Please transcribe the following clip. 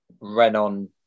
Renon